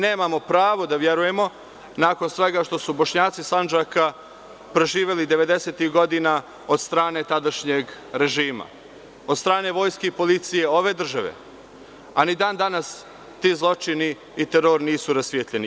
Nemamo pravo da verujemo nakon svega što su Bošnjaci Sandžaka proživeli devedesetih godina od strane tadašnjeg režima, od strane vojske i policije ove države, a ni dan danas ti zločini nisu rasvetljeni.